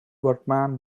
workman